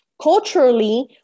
Culturally